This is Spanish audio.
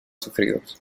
sufridos